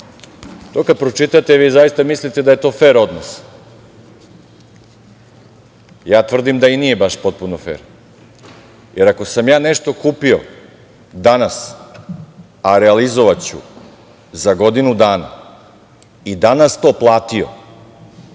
kada pročitate vi zaista mislite da je to fer odnos. Ja tvrdim da i nije baš potpuno fer, jer ako sam ja nešto kupio danas, a realizovaću za godinu dana i danas to platio,